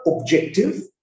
objective